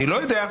אני לא יודע,